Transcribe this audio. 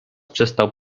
przestał